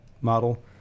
model